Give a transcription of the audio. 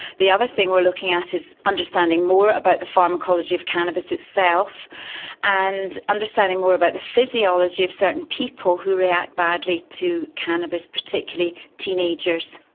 the other thing we're looking at is understanding more about the pharmacology of cannabis itself and understanding more about the physiology of certain people who react badly to cannabis, particularly teenagers.